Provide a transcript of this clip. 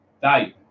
value